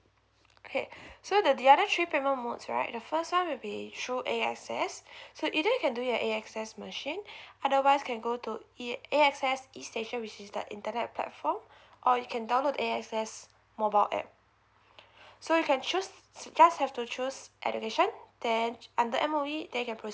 okay so the the other three payment modes right the first one will be through A_X_S so either you can do at A_X_S machine otherwise can go to A_X_S e station which is the internet platform or you can download A_X_S mobile app so you can choose just have to choose education then under M_O_E then you can proceed